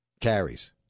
Carries